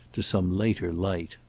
to some later light.